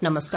नमस्कार